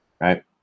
right